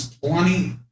plenty